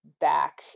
back